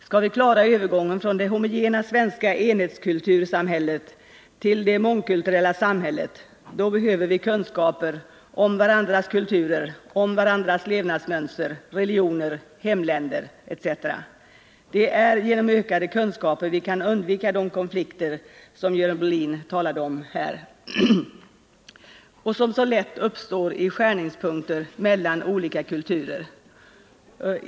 Skall vi klara övergången från det homogena svenska enhetskultursamhället till det mångkulturella samhället, då behöver vi kunskaper om varandras kulturer, om varandras levnadsmönster, religioner, hemländer etc. Det är genom ökade kunskaper vi kan undvika de konflikter som Görel Bohlin talade om och som så lätt uppstår i skärningspunkter mellan olika kulturer.